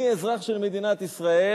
אני אזרח של מדינת ישראל.